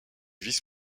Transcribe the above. vice